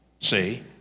See